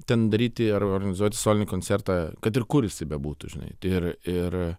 ten daryti ar organizuoti solinį koncertą kad ir kur bebūtų žinai ir ir